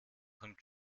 kommt